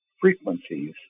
frequencies